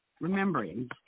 remembering